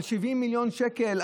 על 70 מיליון שקל,